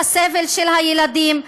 לסבל של הילדים,